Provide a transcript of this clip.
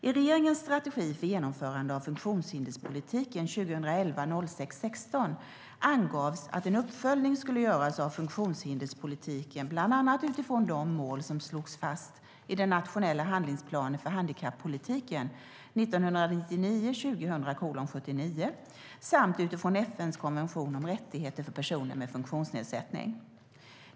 I regeringens strategi för genomförande av funktionshinderspolitiken angavs att en uppföljning skulle göras av funktionshinderspolitiken bland annat utifrån de mål som slogs fast i den nationella handlingsplanen för handikappolitiken samt utifrån FN:s konvention om rättigheter för personer med funktionsnedsättning.